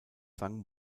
sang